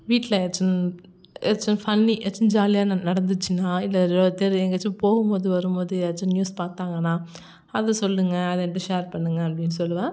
வீட்டில ஏதாச்சும் எதாச்சும் ஃபன்னி ஏதாச்சும் ஜாலியாக நடந்துச்சின்னால் இல்லை ஒரு ஒருத்தர் எங்கேயாச்சும் போகும்போது வரும்போது போது நியூஸ் பார்த்தாங்கன்னா அதை சொல்லுங்கள் அதை என்கிட்ட ஷேர் பண்ணுங்கள் அப்படின்னு சொல்லுவேன்